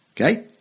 Okay